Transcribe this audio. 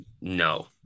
no